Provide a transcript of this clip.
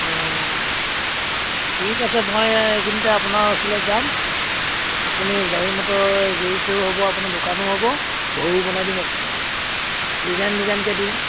অঁ ঠিক আছে মই এইকেইদিনতে আপোনাৰ ওচৰলৈ যাম আপুনি গাড়ী মটৰ গেৰেজটো হ'ব আপোনাৰ দোকানো হ'ব ঘৰো বনাই দিম একদম ডিজাইন ডিজাইনকৈ দিম